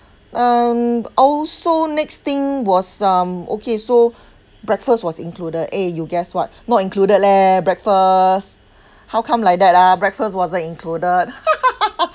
mm also next thing was um okay so breakfast was included eh you guess what not included leh breakfast how come like that lah breakfast wasn't included